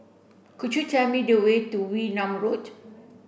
could you tell me the way to Wee Nam Road